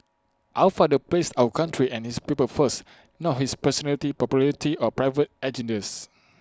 our father placed our country and his people first not his personal popularity or private agendas